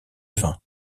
vin